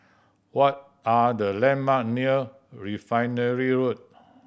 what are the landmark near Refinery Road